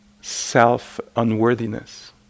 self-unworthiness